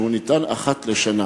שהוא ניתן אחת לשנה.